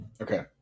Okay